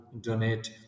donate